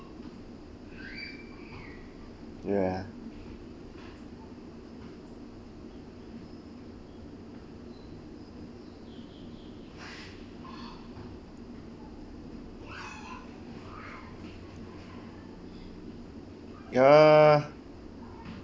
ya ya